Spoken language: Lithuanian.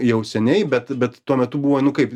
jau seniai bet bet tuo metu buvo nu kaip